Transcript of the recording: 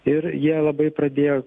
ir jie labai pradėjo